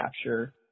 capture